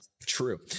True